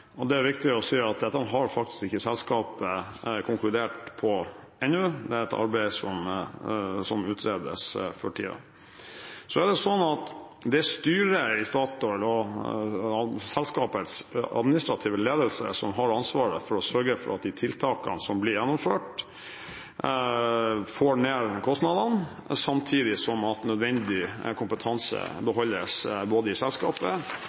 og det er viktig å si at dette har faktisk ikke selskapet konkludert på ennå. Det er et arbeid som utredes for tiden. Så er det slik at det er styret i Statoil og selskapets administrative ledelse som har ansvaret for å sørge for at de tiltakene som blir gjennomført, får ned kostnadene, samtidig som nødvendig kompetanse beholdes i selskapet,